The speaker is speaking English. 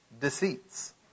deceits